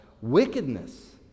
wickedness